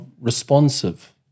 responsive